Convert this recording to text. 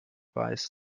weiß